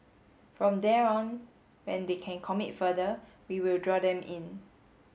from there on when they can commit further we will draw them in